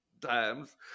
times